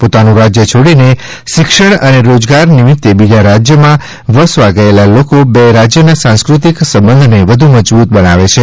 પોતાનું રાજય છોડીને શિક્ષણ અને રોજગાર નિમિત્તે બીજા રાજયમાં વસવા ગયેલા લોકો બે રાજ્યના સાંસ્ક્રતિક સંબંધને વધૂ મજબૂત બનાવે છે